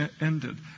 ended